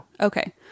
Okay